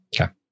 Okay